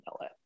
LA